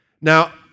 Now